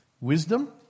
Wisdom